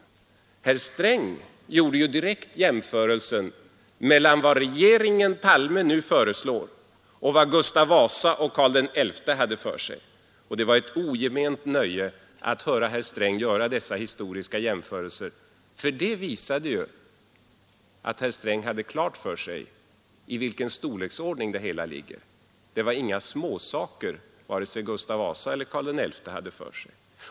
Men herr Sträng gjorde ju direkt jämförelsen mellan vad regeringen Palme nu föreslår och vad Gustav Vasa Nr 98 och Karl XI hade för sig, och det var ett ogement nöje att höra herr Torsdagen den Sträng göra den historiska jämförelsen. Den visade nämligen att herr 24 maj 1973 Sträng hade klart för sig i vilken storleksklass det hela ligger. Det var ju —=—— inga småsaker som Gustav Vasa och Karl XI hade för sig.